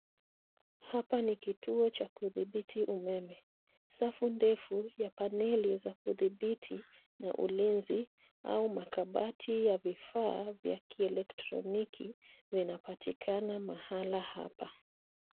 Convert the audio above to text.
Hapa ni kituo cha kudhibiti umeme. Safu ndefu ya paneli za kudhibiti na ulinzi au makabati ya vifaa vya kielektroniki, vinapatikana mahali hapa.